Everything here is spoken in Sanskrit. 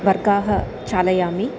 वर्गाः चालयामि